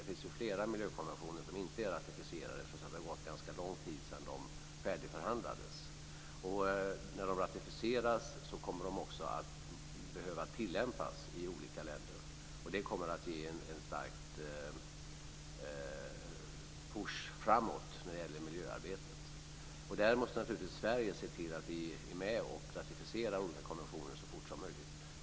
Det finns ju flera miljökonventioner som inte är ratificerade, trots att det har gått ganska lång tid sedan de färdigförhandlades. När de ratificeras kommer de också att behöva tillämpas i olika länder. Det kommer att ge en stark push framåt när det gäller miljöarbetet. Där måste vi naturligtvis se till att Sverige är med och ratificerar olika konventioner så fort som möjligt.